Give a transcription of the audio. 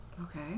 Okay